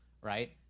right